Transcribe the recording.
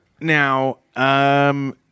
Now